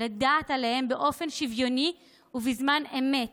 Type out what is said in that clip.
לדעת עליהם באופן שוויוני ובזמן אמת